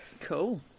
Cool